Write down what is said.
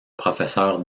professeur